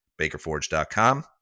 Bakerforge.com